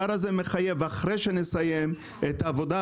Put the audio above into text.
אחרי שנסיים את העבודה,